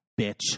bitch